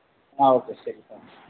ആ ഓക്കെ ശരി കാണാം